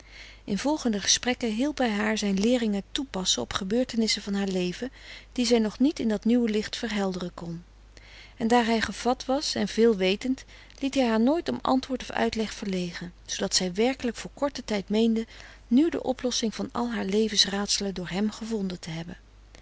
in volgende gesprekken hielp hij haar zijn leeringen toepassen op gebeurtenissen van haar leven die zij nog niet in dat nieuwe licht verhelderen kon en daar hij gevat was en veel wetend liet hij haar nooit om antwoord of uitleg verlegen zoodat zij werkelijk voor korten tijd meende nu de oplossing van al haar levensraadselen door hem gevonden te hebben